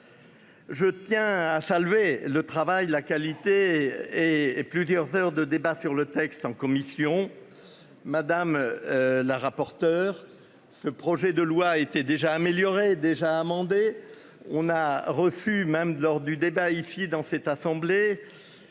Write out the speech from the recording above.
Je tiens à saluer le travail de la qualité et plusieurs heures de débats sur le texte en commission. Madame. La rapporteure. Ce projet de loi été déjà amélioré déjà amendé. On a reçu même lors du débat ici dans cette assemblée.